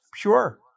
pure